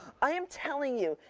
i am telling you,